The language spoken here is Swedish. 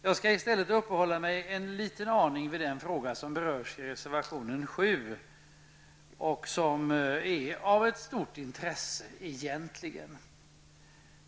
Jag skall i stället uppehålla mig en liten stund vid den fråga som berörs i reservation 7 och som är av stort intresse.